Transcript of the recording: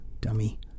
Dummy